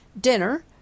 Dinner